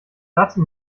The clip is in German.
dazu